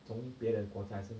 从别的国家先